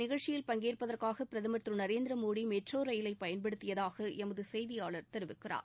நிகழ்ச்சியில் பங்கேற்பதற்காக முன்னதாக இந்த பிரதமர் திரு நரேந்திரா மோடி மெட்ரோ ரயிலை பயன்படுத்தியதாக எமது செய்தியாளர் தெரிவிக்கிறார்